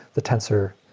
the tensor,